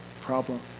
problem